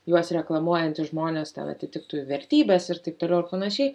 juos reklamuojantys žmonės ten atitiktų jų vertybes ir taip toliau ir panašiai